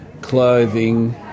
clothing